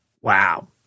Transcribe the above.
Wow